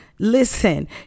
Listen